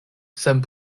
sen